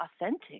authentic